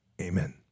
amen